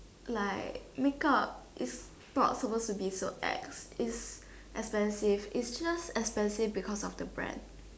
like make up is not supposed to be so ex is expensive it's just expensive because of the brand